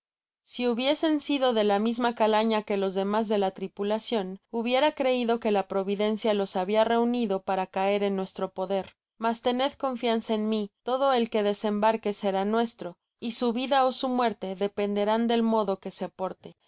si hubiesen sido de la misma calaña que los demas de la tripulacion hubiera creido que la providencia los habia reunido para caer en nuestro poder mas tened confianza en mí todo el que desembarque será nuestro y su vida ó su muerte dependerá del modo que se porte